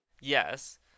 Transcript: yes